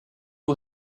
who